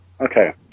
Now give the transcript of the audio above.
Okay